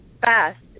fast